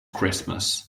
christmas